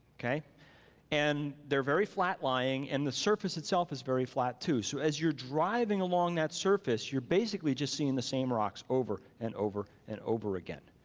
and they're very flat lying and the surface itself is very flat too, so as you're driving along that surface, you're basically just seeing the same rocks over and over and over again.